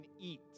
eat